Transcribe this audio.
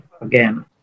again